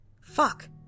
Fuck